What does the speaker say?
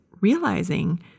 realizing